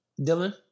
Dylan